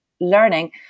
learning